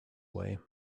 way